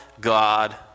God